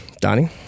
Donnie